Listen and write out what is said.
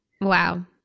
Wow